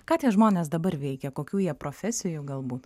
ką tie žmonės dabar veikia kokių jie profesijų galbūt